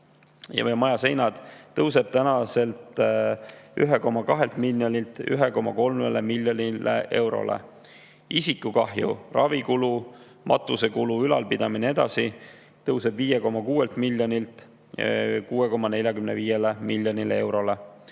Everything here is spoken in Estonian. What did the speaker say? majaseinad, tõuseb tänaselt 1,2 miljonilt 1,3 miljonile eurole. Isikukahju, näiteks ravikulu, matusekulu, ülalpidamine ja nii edasi, tõuseb 5,6 miljonilt 6,45 miljonile eurole.